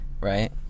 right